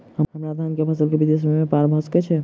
हम्मर धान केँ फसल केँ विदेश मे ब्यपार भऽ सकै छै?